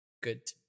good